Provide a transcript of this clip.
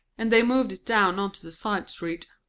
and they moved it down ont' the side street.